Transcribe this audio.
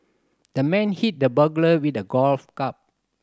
the man hit the burglar with a golf club